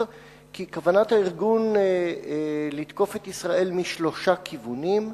כי כוונת הארגון לתקוף את ישראל משלושה כיוונים: